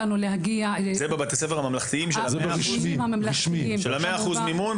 זה בבתי הספר הממלכתיים של ה-100% מימון?